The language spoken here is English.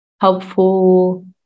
helpful